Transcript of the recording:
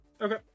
Okay